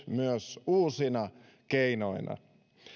myös uusina keinoina